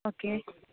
okay